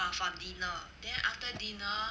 for dinner then after dinner